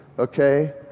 Okay